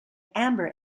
amber